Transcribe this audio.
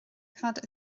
cad